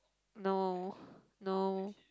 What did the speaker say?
no no